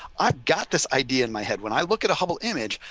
i got this idea in my head. when i look at a hubble image,